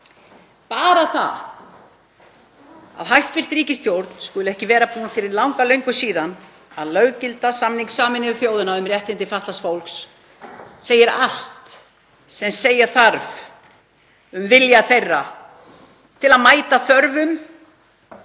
Bara það að hæstv. ríkisstjórn skuli ekki vera búin fyrir langa löngu að löggilda samning Sameinuðu þjóðanna um réttindi fatlaðs fólks segir allt sem segja þarf um vilja hennar til að mæta þörfum